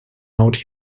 out